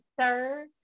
sir